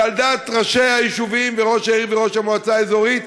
ועל דעת ראשי היישובים וראש העיר וראש המועצה האזורית: